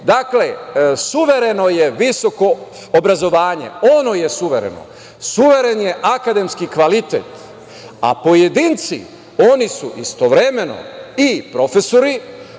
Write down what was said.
Dakle, suvereno je visoko obrazovanje, ono je suvereno. Suveren je akademski kvalitet, a pojedinci, oni su istovremeno i profesori